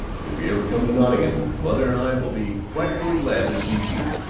if you ever come to nottingham, mother and i will be frightfully glad to see you.